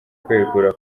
kwegura